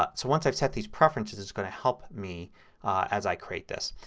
ah so once i've set these preferences it's going to help me as i create this.